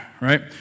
right